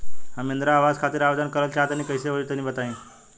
हम इंद्रा आवास खातिर आवेदन करल चाह तनि कइसे होई तनि बताई?